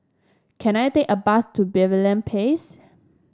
can I take a bus to Pavilion Place